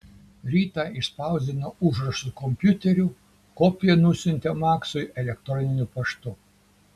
rytą išspausdino užrašus kompiuteriu kopiją nusiuntė maksui elektroniniu paštu